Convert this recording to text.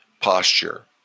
posture